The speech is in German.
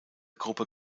gruppe